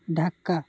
Dhaka